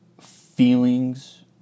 feelings